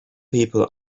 people